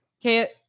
Okay